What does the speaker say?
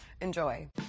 Enjoy